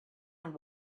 and